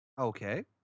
okay